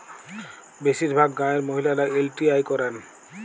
বেশিরভাগ গাঁয়ের মহিলারা এল.টি.আই করেন